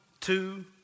two